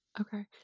Okay